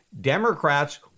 Democrats